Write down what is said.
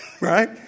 right